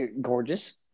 gorgeous